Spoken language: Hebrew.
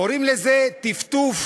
קוראים לזה טפטוף,